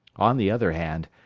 on the other hand,